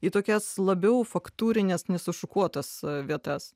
į tokias labiau faktūrines nesušukuotas vietas